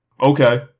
Okay